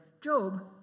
Job